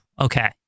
Okay